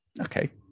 Okay